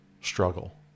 struggle